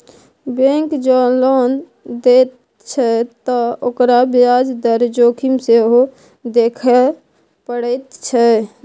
bank जँ loan दैत छै त ओकरा ब्याज दर जोखिम सेहो देखय पड़ैत छै